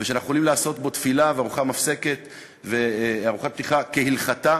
ושאנחנו יכולים לעשות בו תפילה וארוחה מפסקת וארוחת פתיחה כהלכתה.